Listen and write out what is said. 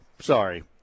Sorry